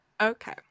Okay